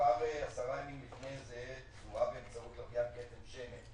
שכבר עשרה ימים לפני זה זוהה באמצעות לוויין כתם שמן,